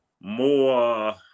more